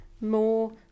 more